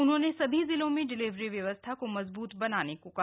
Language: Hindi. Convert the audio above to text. उन्होंने सभी जिलों में डिलीवरी व्यवस्था को मजबूत बनाने को कहा